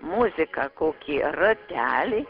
muziką kokį ratelį